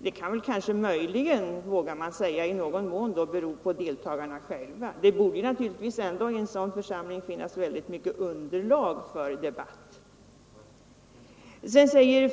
Detta kan väl möjligen — vågar man väl säga — i någon mån bero på deltagarna själva, men det borde naturligtvis finnas mycket underlag för en debatt i en sådan församling.